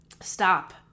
Stop